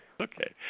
Okay